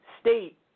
state